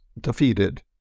defeated